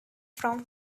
from